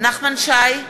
נחמן שי,